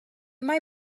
mae